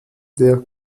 der